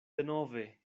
denove